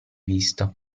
vista